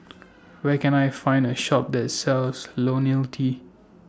Where Can I Find A Shop that sells T